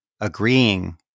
agreeing